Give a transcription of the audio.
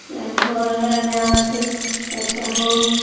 चारि गो होल्डर लै लेतै चारिटा बल्ब